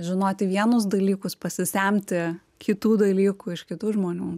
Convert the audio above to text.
žinoti vienus dalykus pasisemti kitų dalykų iš kitų žmonių